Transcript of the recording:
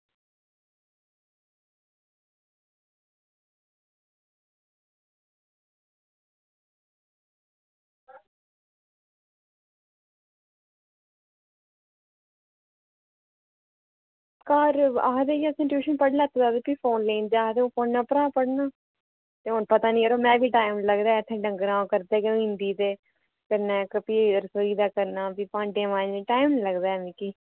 घर आखदे कि असें ट्यूशन पढ़ी लैते दा ते भी फोन लेई जंदा आखदे फोनै उप्परा गै पढ़ना ते हून पता निं यरो में बी टैम निं लगदा ऐ इत्थैं डंगरें दा करदे गै होई जंदी ते कन्नै इक फ्ही रसोई दा करना फ्ही भांडे मांजने टैम निं लगदा ऐ मिगी